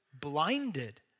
blinded